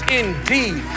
indeed